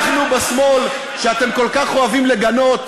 אנחנו, בשמאל שאתם כל כך אוהבים לגנות,